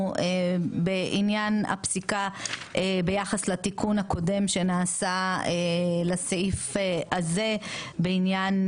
בעניין הפסיקה ביחס לתיקון הקודם שנעשה לסעיף הזה בעניין